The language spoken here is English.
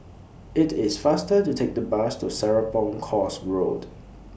IT IS faster to Take The Bus to Serapong Course Road